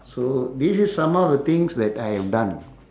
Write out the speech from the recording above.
so this is some of the things that I have done